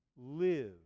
live